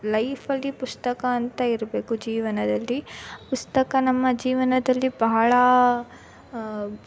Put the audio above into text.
ಲೈಫಲ್ಲಿ ಪುಸ್ತಕ ಅಂತ ಇರಬೇಕು ಜೀವನದಲ್ಲಿ ಪುಸ್ತಕ ನಮ್ಮ ಜೀವನದಲ್ಲಿ ಬಹಳ